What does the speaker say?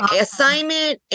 assignment